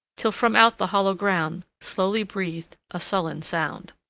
till from out the hollow ground slowly breathed a sullen sound.